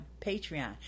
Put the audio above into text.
Patreon